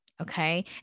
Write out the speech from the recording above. okay